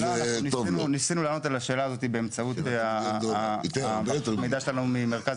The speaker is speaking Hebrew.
ניסינו לענות על השאלה הזאת באמצעות מידע ממרכז